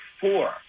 four